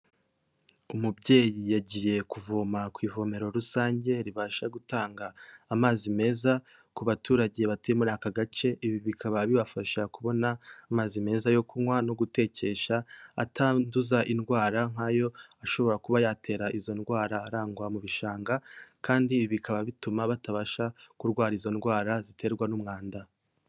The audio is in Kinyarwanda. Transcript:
Umubyeyi yagiye kuvoma ku ivomero rusange ribasha gutanga amazi meza ku baturage batuye muri aka gace, ibi bikaba bibafasha kubona amazi meza yo kunywa no gutekesha atanduza indwara nk'ayo ashobora kuba yatera izo ndwara arangwa mu bishanga kandi bikaba bituma batabasha kurwara izo ndwara ziterwa n'umwanda.